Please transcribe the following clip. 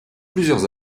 plusieurs